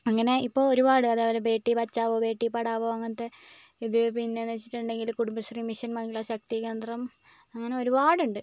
അങ്ങനെ ഇപ്പോൾ ഒരുപാട് അതേപോലെ ബേട്ടി ബച്ചാവോ ബേട്ടി പഠാവോ അങ്ങനത്തെ ഇത് പിന്നെ എന്ന് വെച്ചിട്ടുണ്ടെങ്കിൽ കുംബശ്രീ മിഷൻ മഹിളാ ശക്തി കേന്ദ്രം അങ്ങനെ ഒരുപാടുണ്ട്